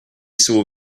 saw